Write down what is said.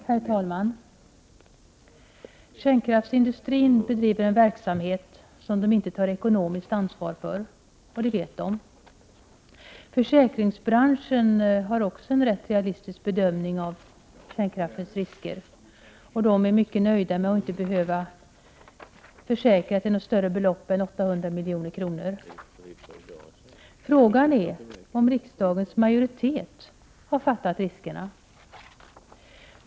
Herr talman! Kärnkraftsindustrin bedriver en verksamhet som den inte tar ekonomiskt ansvar för, och det vet den. Försäkringsbranschen har också en rätt realistisk bedömning av kärnkraftens risker, och man är nöjd med att inte behöva försäkra för ett större belopp än 800 miljoner. Frågan är om riksdagens majoritet har fattat riskerna.